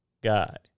guy